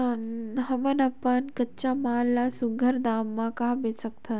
हमन अपन कच्चा माल ल सुघ्घर दाम म कहा बेच सकथन?